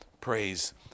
Praise